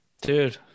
dude